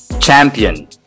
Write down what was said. Champion